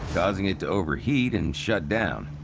causing it to overheat and shut down.